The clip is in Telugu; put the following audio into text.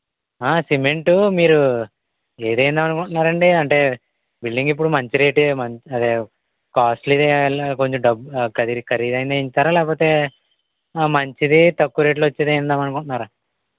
ఆ సిమెంటు మీరు ఏది వెయ్యాలి అనుకుంటున్నారు అండి అంటే బిల్డింగ్ ఇప్పుడు మంచి రేటే అదే కాస్ట్లీది ఆ కొంచెం డబ్బు కొంచెం ఖరీదు అయినది వేయిస్తారా లేకపోతే ఆ మంచిది తక్కువ రేట్లో వచ్చేది వేయిద్దాం అనుకుంటున్నార